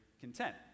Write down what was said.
content